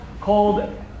called